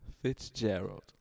Fitzgerald